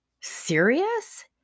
serious